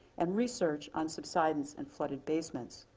and research on subsidence and flooded basements.